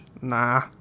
Nah